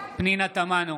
פנינה תמנו,